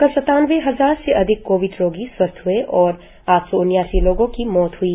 कल सत्तानबे हजार से अधिक कोविड रोगी स्वस्थ हए और आठ सौ उन्यासी लोगों की मौत हई